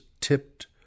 tipped